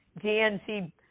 DNC